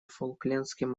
фолклендским